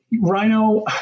Rhino